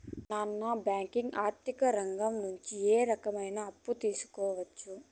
Non banking ఆర్థిక రంగం నుండి ఏ రకమైన అప్పు తీసుకోవచ్చు?